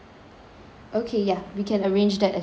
okay yeah we can arrange that as well